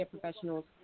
Professionals